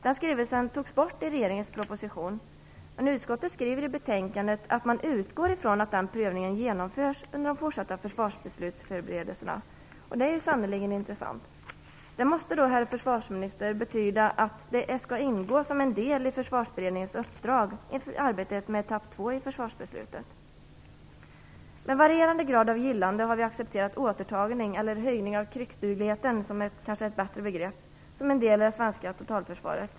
Den skrivningen togs bort i regeringens proposition, men utskottet skriver i betänkandet att man utgår från att den prövningen genomförs under de fortsatta försvarsbeslutsförberedelserna. Det är sannerligen intressant! Det måste väl, herr försvarsminister, betyda att det skall ingå som en del av Försvarsberedningens uppdrag inför arbetet med etapp 2 i försvarsbeslutet. Med varierande grad av gillande har vi accepterat återtagning, eller höjning av krigsdugligheten - vilket kanske är ett bättre begrepp - som en del av det svenska totalförsvaret.